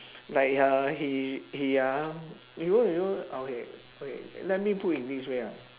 like ya he he ah you know you know okay wait let me put in this way ah